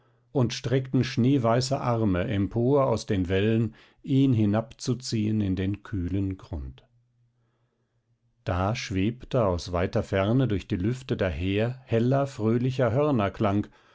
und streckten schneeweiße arme empor aus den wellen ihn hinabzuziehen in den kühlen grund da schwebte aus weiter ferne durch die lüfte daher heller fröhlicher